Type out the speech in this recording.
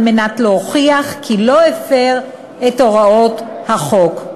להוכיח כי לא הפר את הוראות החוק.